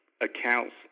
accounts